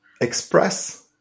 express